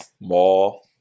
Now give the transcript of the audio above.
mall